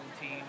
Team